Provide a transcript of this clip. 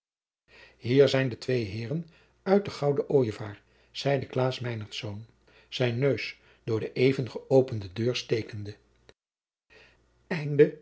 hier zijn de twee heeren uit den gouden ojevaar zeide klaas meinertz zijn neus door de even gëopende deur stekende